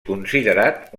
considerat